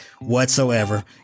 whatsoever